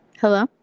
Hello